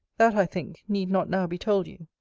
that, i think, need not now be told you.